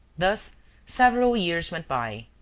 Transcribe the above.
thus several years went by.